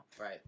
Right